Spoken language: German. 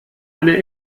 eine